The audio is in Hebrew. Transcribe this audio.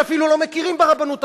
שאפילו לא מכירים ברבנות הראשית,